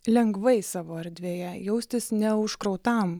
lengvai savo erdvėje jaustis neužkrautam